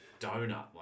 donut